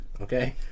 Okay